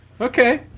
Okay